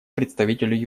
представителю